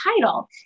title